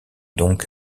donc